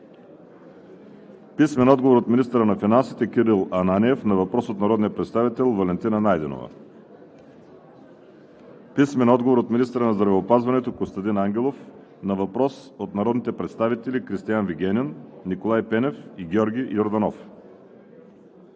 Генов; – министъра на финансите Кирил Ананиев на въпрос от народния представител Валентина Найденова; – министъра на здравеопазването Костадин Ангелов на въпрос от народните представители Кристиан Вигенин, Николай Пенев и Георги Йорданов;